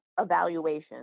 evaluation